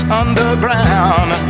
underground